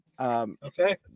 Okay